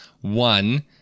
One